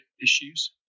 issues